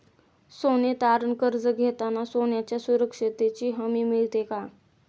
सोने तारण कर्ज घेताना सोन्याच्या सुरक्षेची हमी मिळते का?